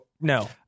No